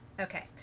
Okay